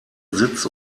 sitz